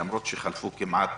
למרות שחלפו כמעט